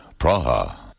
Praha